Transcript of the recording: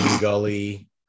Gully